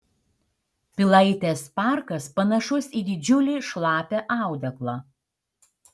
pilaitės parkas panašus į didžiulį šlapią audeklą